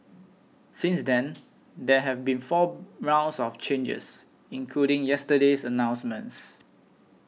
since then there have been four rounds of changes including yesterday's announcements